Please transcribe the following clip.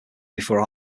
before